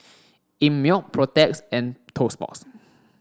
Einmilk Protex and Toast Box